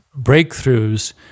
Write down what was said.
breakthroughs